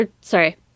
Sorry